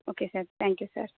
okay sir thank you sir